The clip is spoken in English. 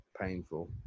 painful